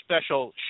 special